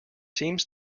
seems